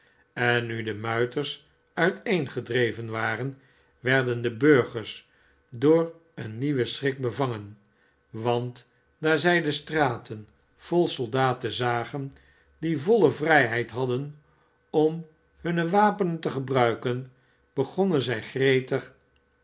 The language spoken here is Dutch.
en nu de muiters uiteengedreven waren werden de burgers door een nienwen schrik bevangen want daar zij de straten vol soldaten zagen die voile vrijheid hadden om hunne wapenen te gebruiken begonnen zij gretig